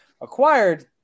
acquired